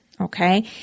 Okay